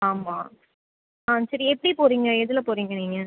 ஆமாம் ஆ சரி எப்படி போகிறீங்க எதில் போகிறீங்க நீங்கள்